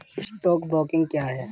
Stock broking क्या है?